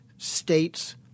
states